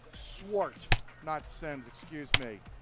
swart not simms excuse me.